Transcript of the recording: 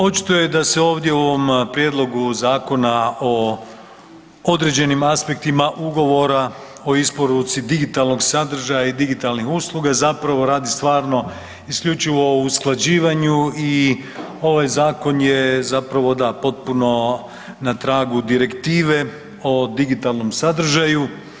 Očito je da se u ovom prijedlogu zakona o određenim aspektima ugovora o isporuci digitalnog sadržaja i digitalnih usluga zapravo radi stvarno isključivo o usklađivanju i ovaj zakon je da potpuno na tragu direktive o digitalnom sadržaju.